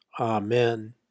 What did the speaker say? Amen